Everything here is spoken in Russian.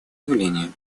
явление